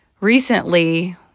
recently